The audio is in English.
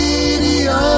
Radio